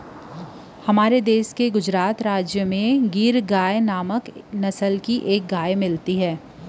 हमर देस के गुजरात राज म गीर गाय नांव के नसल के गाय मिलथे